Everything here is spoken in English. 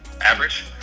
average